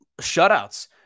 shutouts